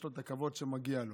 יש לו את הכבוד שמגיע לו.